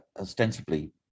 ostensibly